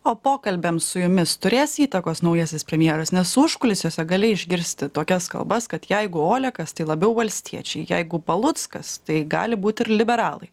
o pokalbiams su jumis turės įtakos naujasis premjeras nes užkulisiuose gali išgirsti tokias kalbas kad jeigu olekas tai labiau valstiečiai jeigu paluckas tai gali būt ir liberalai